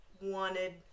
wanted